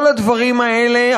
כל הדברים האלה,